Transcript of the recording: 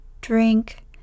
drink